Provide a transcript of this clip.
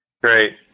Great